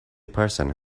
person